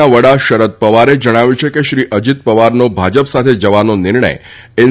ના વડા શરદ પવારે જણાવ્યું છે કે શ્રી અજીત પવારનો ભાજપ સાથે જવાનો નિર્ણય એન